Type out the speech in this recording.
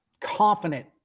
confident